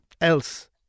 else